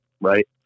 right